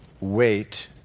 wait